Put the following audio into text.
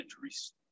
injuries